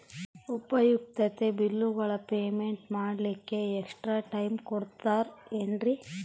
ಉಪಯುಕ್ತತೆ ಬಿಲ್ಲುಗಳ ಪೇಮೆಂಟ್ ಮಾಡ್ಲಿಕ್ಕೆ ಎಕ್ಸ್ಟ್ರಾ ಟೈಮ್ ಕೊಡ್ತೇರಾ ಏನ್ರಿ?